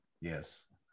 Yes